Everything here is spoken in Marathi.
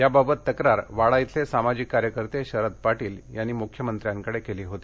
याबाबत तक्रार वाडा इथले सामाजिक कार्यकर्ते शरद पाटील यांनी मुख्यमंत्र्यांकडे केली होती